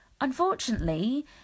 unfortunately